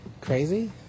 Crazy